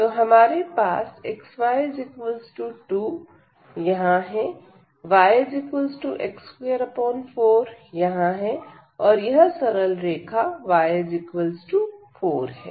तो हमारे पास xy2 यहां है yx24 यहां है और यह सरल रेखा y4 है